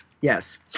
yes